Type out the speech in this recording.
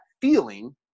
feeling